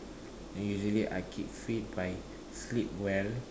usually I keep fit by sleep well